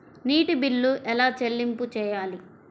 నీటి బిల్లు ఎలా చెల్లింపు చేయాలి?